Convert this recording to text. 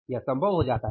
यह संभव हो जाता है